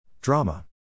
Drama